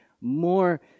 more